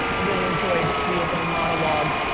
really enjoyed the opening monologue.